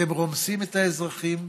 אתם רומסים את האזרחים,